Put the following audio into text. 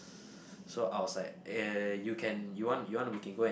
so I was like uh you can you want you want we can go and